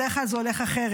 בדרך כלל זה הולך אחרת,